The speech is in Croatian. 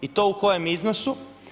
I to u kojem iznosu?